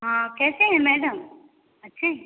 हाँ आप कैसे हैं मैडम अच्छे हैं